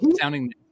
sounding